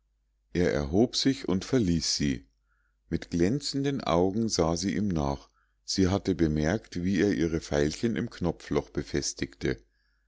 er erhob sich und verließ sie mit glänzenden augen sah sie ihm nach sie hatte bemerkt wie er ihre veilchen im knopfloch befestigte